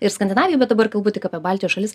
ir skandinavija bet dabar kalbu tik apie baltijos šalis